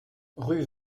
rue